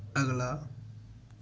ਅਗਲਾ